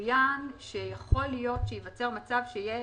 צוין שיכול להיות שייווצר מצב שיהיה